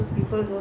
quarters